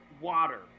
water